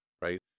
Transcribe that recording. right